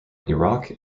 iraq